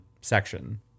section